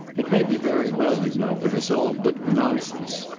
it may be very well you know, but it's all d nonsense.